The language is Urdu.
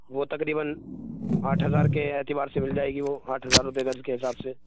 وہ تقریباً آٹھ ہزار کے اعتبار سے مل جائے گی وہ آٹھ ہزار روپے گز کے حساب سے